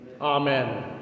Amen